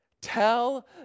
Tell